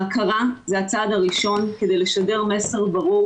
ההכרה זה הצעד הראשון כדי לשדר מסר ברור